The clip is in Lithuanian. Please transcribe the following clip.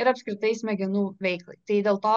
ir apskritai smegenų veiklai tai dėl to